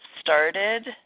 started